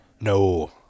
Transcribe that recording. No